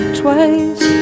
twice